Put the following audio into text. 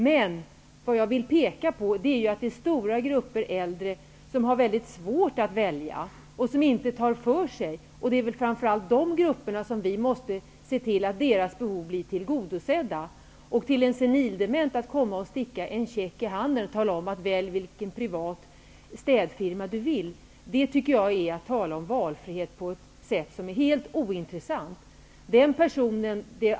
Men jag vill peka på att det finns stora grupper äldre som har väldigt svårt att välja och som inte tar för sig. Vi måste medverka till att framför allt de gruppernas behov blir tillgodosedda. Att komma och sticka en check i handen till en senildement med orden ''välj vilken privat städfirma du vill'' och kalla det valfrihet, är att tala om valfrihet på ett sätt som är helt ointressant.